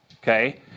Okay